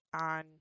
on